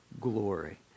glory